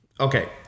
Okay